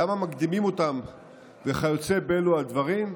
למה מקדימים אותם וכיוצא באלו הדברים,